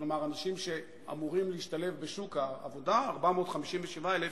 כלומר אנשים שאמורים להשתלב בשוק העבודה, 457,000,